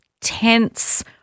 tense